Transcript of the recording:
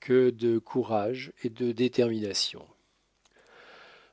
que de courage et de détermination